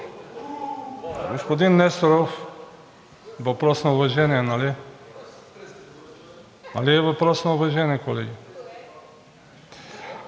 Господин Несторов, въпрос на уважение, нали? Нали е въпрос на уважение, колеги?